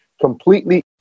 completely